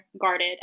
guarded